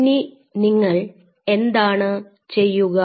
ഇനി നിങ്ങൾ എന്താണ് ചെയ്യുക